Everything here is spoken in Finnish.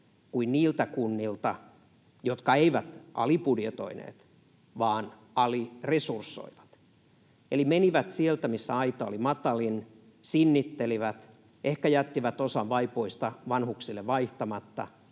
kuin niiltä kunnilta, jotka eivät alibudjetoineet, vaan aliresursoivat, eli menivät sieltä, missä aita oli matalin, sinnittelivät, ehkä jättivät osan vaipoista vanhuksille vaihtamatta,